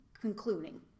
concluding